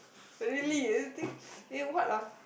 really you think eh what ah